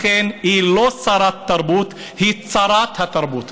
לכן, היא לא שרת תרבות, היא צרת התרבות.